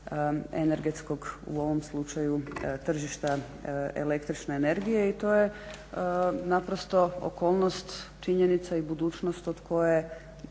energetskog u ovom slučaju tržišta el.energije i to je naprosto okolnost, činjenica i budućnost od koje